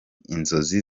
inzozi